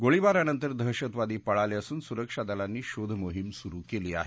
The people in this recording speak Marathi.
गोळीबारानंतर दहशतवादी पळाले असून सुरक्षा दलांनी शोधमोहिम सुरु केली आहे